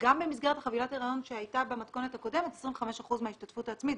גם במסגרת חבילת ההריון שהייתה במתכונת הקודמת 25% מההשתתפות העצמית.